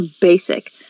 basic